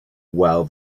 while